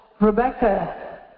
rebecca